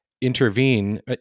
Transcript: intervene